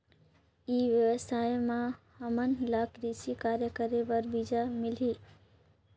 ई व्यवसाय म हामन ला कृषि कार्य करे बर बीजा मिलही?